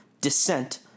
descent